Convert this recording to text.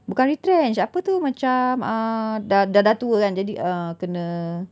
bukan retrench apa tu macam uh dah dah tua kan jadi uh kena